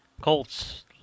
Colts